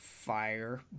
fire